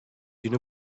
günü